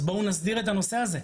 אז בואו נסדיר את הנושא הזה,